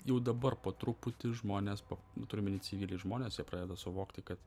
jau dabar po truputį žmonės po nu turiu omeny civiliai žmonės jie pradeda suvokti kad